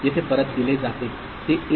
येथे परत दिले जाते ते 1 आहे